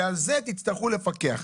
ועל זה תצטרכו לפקח.